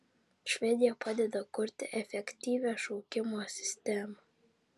švedija padeda kurti efektyvią šaukimo sistemą